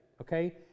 Okay